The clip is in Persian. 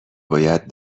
باید